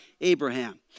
Abraham